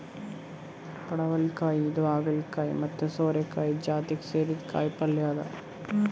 ಪಡವಲಕಾಯಿ ಇದು ಹಾಗಲಕಾಯಿ ಮತ್ತ್ ಸೋರೆಕಾಯಿ ಜಾತಿಗ್ ಸೇರಿದ್ದ್ ಕಾಯಿಪಲ್ಯ ಅದಾ